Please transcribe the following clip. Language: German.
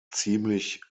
ziemlich